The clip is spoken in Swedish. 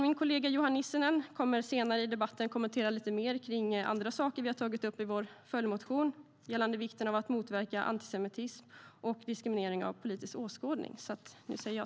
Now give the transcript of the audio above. Min kollega Johan Nissinen kommer senare i debatten att kommentera andra saker vi har tagit upp i vår följdmotion gällande vikten av att motverka antisemitism och diskriminering utifrån politisk åskådning.